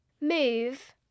Move